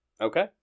okay